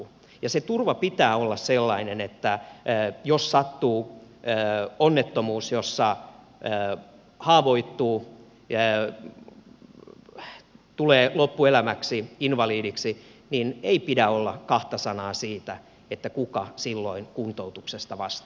ja sen turvan pitää olla sellainen että jos sattuu onnettomuus jossa haavoittuu tulee loppuelämäksi invalidiksi niin ei pidä olla kahta sanaa siitä kuka silloin kuntoutuksesta vastaa